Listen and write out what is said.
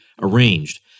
arranged